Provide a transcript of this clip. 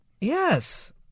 Yes